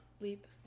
Leap